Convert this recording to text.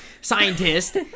scientist